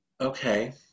Okay